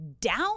down